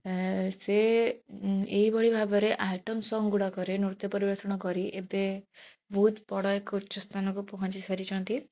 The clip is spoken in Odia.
ଅ ସେ ଏଇଭଳି ଭାବରେ ଆଇଟମ ସଂଗ ଗୁଡ଼ାକରେ ନୃତ୍ୟ ପରିବେଷଣ କରି ଏବେ ବହୁତ ବଡ଼ ଏକ ଉଚ୍ଚସ୍ଥାନ କୁ ପଛଞ୍ଚି ସାରିଛନ୍ତି